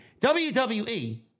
WWE